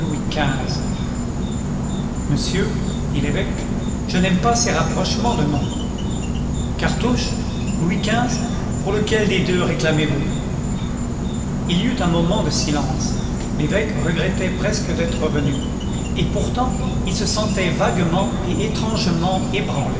monsieur dit l'évêque je n'aime pas ces rapprochements de noms cartouche louis xv pour lequel des deux réclamez vous il y eut un moment de silence l'évêque regrettait presque d'être venu et pourtant il se sentait vaguement et étrangement